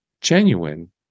genuine